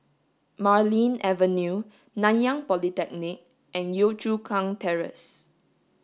Marlene Avenue Nanyang Polytechnic and Yio Chu Kang Terrace